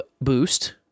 boost